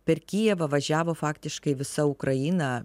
per kijevą važiavo faktiškai visa ukraina